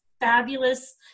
fabulous